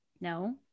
No